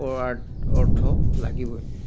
অৰ্থ লাগিবই